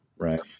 Right